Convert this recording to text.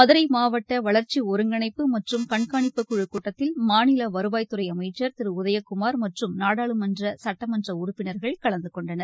மதுரை மாவட்ட வளர்ச்சி ஒருங்கிணைப்பு மற்றம் கண்காணிப்புக்குழு கூட்டத்தில் மாநில வருவாய்த்துறை அமைச்சர் உதயகுமார் மற்றும் நாடாளுமன்ற சட்டமன்ற உறுப்பினர்கள் கலந்துகொண்டனர்